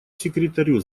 секретарю